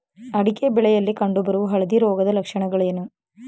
ಅಡಿಕೆ ಬೆಳೆಯಲ್ಲಿ ಕಂಡು ಬರುವ ಹಳದಿ ರೋಗದ ಲಕ್ಷಣಗಳೇನು?